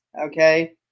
Okay